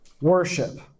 worship